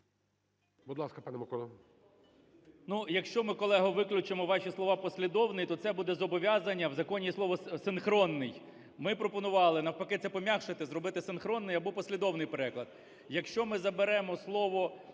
Будь ласка, пане Микола.